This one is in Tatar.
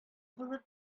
булып